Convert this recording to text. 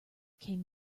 came